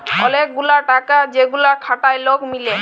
ওলেক গুলা টাকা যেগুলা খাটায় লক মিলে